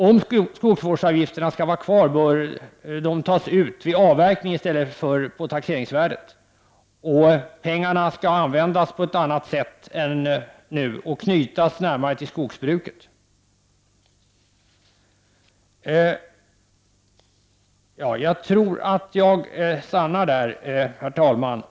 Om skogsvårdsavgifterna skall vara kvar bör de tas ut vid avverkning i stället för på taxeringsvärdet. Pengarna skall användas på ett annat sätt än nu och knytas närmare till skogsbruket. Herr talman!